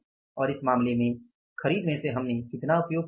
और इस मामले में खरीद में से हमने कितना उपयोग किया है